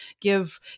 give